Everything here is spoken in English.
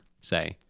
Say